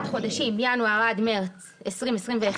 "(3) בעד חודשים ינואר עד מרס 2021,